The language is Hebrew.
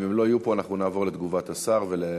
אם הם לא יהיו פה אנחנו נעבור לתגובת השר ולהצבעה.